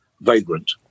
vagrant